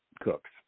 cooks